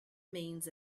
means